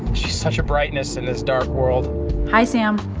she's such a brightness in this dark world hi, sam.